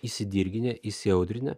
įsidirginę įsiaudrinę